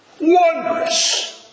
wondrous